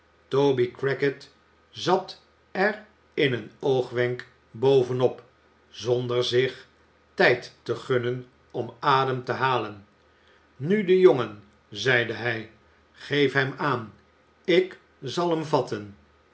toby crackit zat er in een oogwenk bovenop zonder zich tijd te gunnen om adem te halen nu de jongen zeide hij geef hem aan ik zal hem vatten